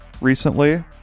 recently